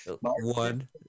One